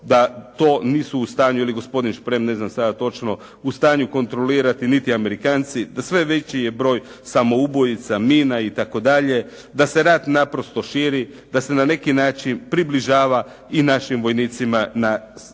da to nisu u stanju, ili gospodin Šprem, ne znam sada točno u stanju kontrolirati niti Amerikanci. Sve veći je broj samoubojica, mina i tako dalje. Da se rat naprosto širi. Da se na neki način približava i našim vojnicima na sjeveru.